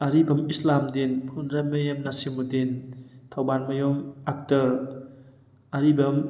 Aribam Islamuddin Phundreimayum Nasimuddin Thoubalmayum Akhtar Aribam